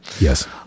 yes